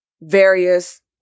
various